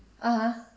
(uh huh)